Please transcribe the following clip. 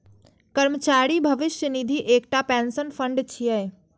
कर्मचारी भविष्य निधि एकटा पेंशन फंड छियै